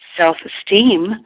self-esteem